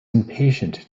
impatient